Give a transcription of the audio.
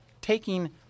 taking